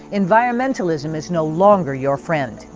environmentalism is no longer your friend.